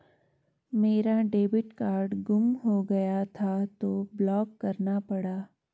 मेरा debit card गुम हो गया था तो ब्लॉक करना पड़ा